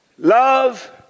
Love